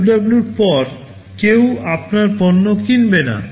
2W এর পরে কেউ আপনার পণ্য কিনবে না